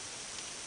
הערבית.